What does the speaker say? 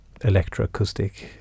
electroacoustic